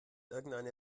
irgendeine